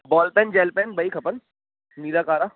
ball pen gel pen ॿई खपनि नीरा कारा